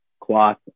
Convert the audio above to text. cloth